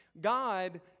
God